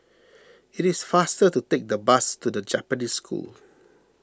it is faster to take the bus to the Japanese School